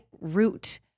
root